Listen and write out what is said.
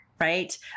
right